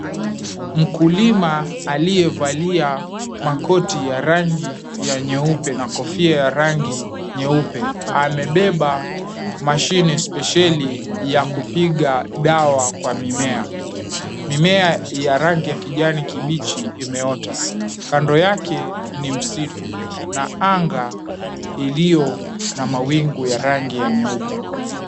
Mkulima aliyevalia makoti ya rangi ya nyeupe na kofia ya rangi nyeupe amebeba mashini spesheli ya kupiga dawa kwa mimea. Mimea ya rangi ya kijani kibichi imeota. Kando yake ni msitu, na anga iliyo na mawingu ya rangi ya nyeupe.